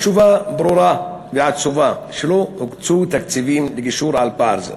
התשובה ברורה ועצובה: לא הוקצו תקציבים לגישור על פער זה.